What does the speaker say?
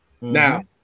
Now